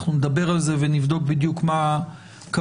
אנחנו נדבר על זה ונבדוק בדיוק מה כוונתכם.